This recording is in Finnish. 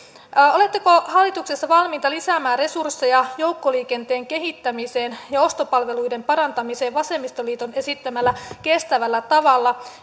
oletteko hallituksessa valmiita lisäämään resursseja joukkoliikenteen kehittämiseen ja ostopalveluiden parantamiseen vasemmistoliiton esittämällä kestävällä tavalla